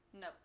No